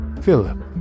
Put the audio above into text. Philip